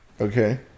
Okay